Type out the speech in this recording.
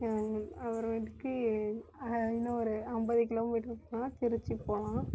அப்புறமேட்டுக்கு இன்னும் ஒரு ஐம்பது கிலோ மீட்டர் போனால் திருச்சி போகலாம்